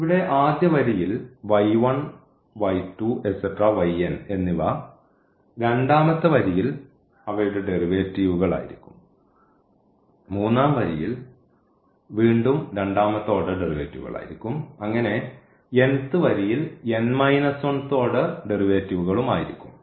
ഇവിടെ ആദ്യ വരിയിൽ എന്നിവ രണ്ടാമത്തെ വരിയിൽ അവയുടെ ഡെറിവേറ്റീവുകൾ ആയിരിക്കും മൂന്നാം വരിയിൽ വീണ്ടും രണ്ടാമത്തെ ഓർഡർ ഡെറിവേറ്റീവുകൾ ആയിരിക്കും അങ്ങനെ വരിയിൽ ഓർഡർ ഡെറിവേറ്റീവുകളും ആയിരിക്കും